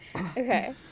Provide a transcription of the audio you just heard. okay